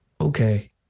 Okay